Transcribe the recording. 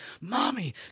mommy